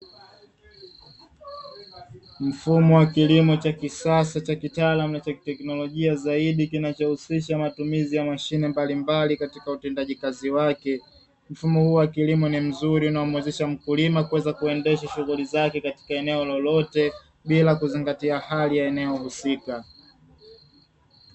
Mfumo wa kilimo cha kisasa cha kitaalamu na cha kiteknolojia zaidi kinachohusisha matumizi ya mashine mbalimbali katika utendaji kazi wake. Mfumo huu wa kilimo ni mzuri na umuwezesha mkulima kuweza kuendesha shughuli zake katika eneo lolote bila kuzingatia hali ya eneo husika.